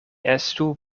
estu